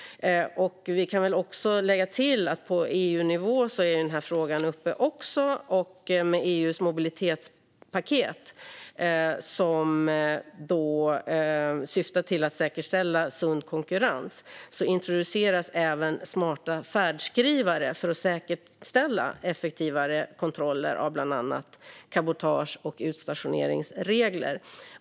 Jag kan lägga till att denna fråga är uppe även på EU-nivå. Genom EU:s mobilitetspaket, som syftar till att säkerställa sund konkurrens, introduceras även smarta färdskrivare för att säkerställa effektivare kontroller av bland annat cabotage och utstationeringsregler.